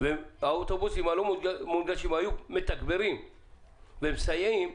ואת האוטובוסים הלא מונגשים היו מתגברים ומסייעים,